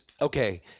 okay—